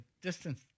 distance